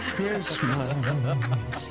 Christmas